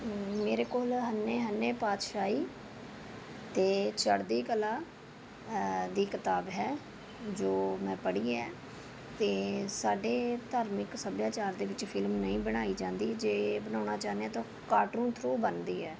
ਮੇਰੇ ਕੋਲ ਹੰਨੇ ਹੰਨੇ ਪਾਤਸ਼ਾਹੀ ਤੇ ਚੜ੍ਹਦੀ ਕਲਾ ਦੀ ਕਿਤਾਬ ਹੈ ਜੋ ਮੈਂ ਪੜ੍ਹੀ ਹੈ ਤੇ ਸਾਡੇ ਧਾਰਮਿਕ ਸੱਭਿਆਚਾਰ ਦੇ ਵਿੱਚ ਫਿਲਮ ਨਹੀਂ ਬਣਾਈ ਜਾਂਦੀ ਜੇ ਬਣਾਉਣਾ ਚਾਹੁੰਦੇ ਹਾਂ ਤਾਂ ਉਹ ਕਾਟਰੂਨ ਥਰੂ ਬਣਦੀ ਹੈ